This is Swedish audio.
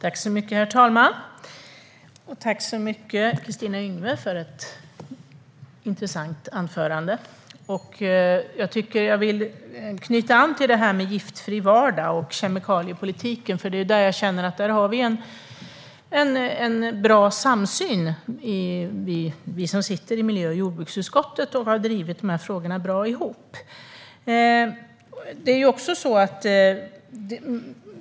Herr talman! Jag tackar Kristina Yngwe för ett intressant anförande. Jag ska knyta an till det här med giftfri vardag och kemikaliepolitik. Här har vi en bra samsyn i miljö och jordbruksutskottet, och vi har drivit dessa frågor bra ihop.